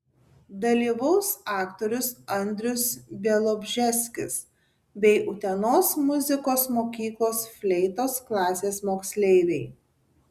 dalyvaus aktorius andrius bialobžeskis bei utenos muzikos mokyklos fleitos klasės moksleiviai